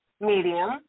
medium